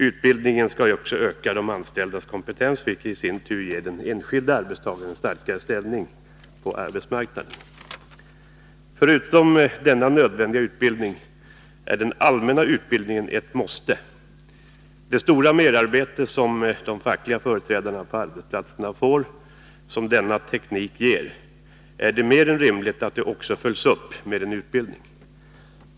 Utbildningen skall också öka de anställdas kompetens, vilket i sin tur ger den enskilde arbetstagaren en starkare ställning på arbetsmarknaden. Förutom denna nödvändiga utbildning är den allmänna utbildningen ett måste. De fackliga företrädarna på arbetsplatserna får mycket merarbete på grund av denna teknik, och det är därför mer än rimligt att det också följs upp med en utbildning.